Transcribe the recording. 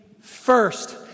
first